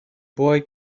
boy